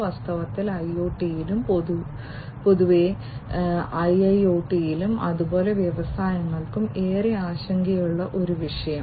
വാസ്തവത്തിൽ IoT യിലും പൊതുവേയും IIoT യിലും അതുപോലെ വ്യവസായങ്ങൾക്കും ഏറെ ആശങ്കയുള്ള ഒരു വിഷയം